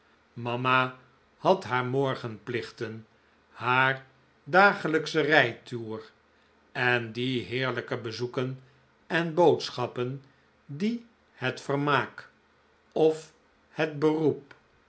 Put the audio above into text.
mama had haar morgenplichten haar dagelijkschen rijtoer en die heerlijke bezoeken en boodschappen die het vermaak of het beroep